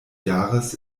jahres